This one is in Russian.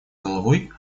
головой